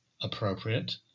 appropriate